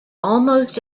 almost